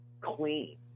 clean